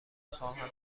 خواهم